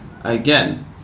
again